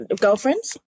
girlfriends